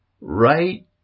right